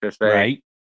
right